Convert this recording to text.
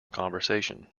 conversation